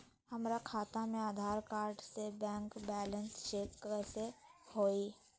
हमरा खाता में आधार कार्ड से बैंक बैलेंस चेक कैसे हुई?